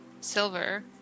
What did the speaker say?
silver